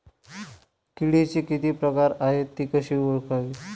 किडीचे किती प्रकार आहेत? ति कशी ओळखावी?